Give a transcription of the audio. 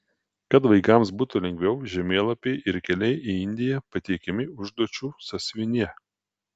kad vaikams būtų lengviau žemėlapiai ir keliai į indiją pateikiami užduočių sąsiuvinyje